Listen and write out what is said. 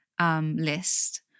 List